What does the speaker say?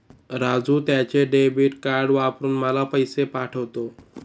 राजू त्याचे debit card वापरून मला पैसे पाठवतो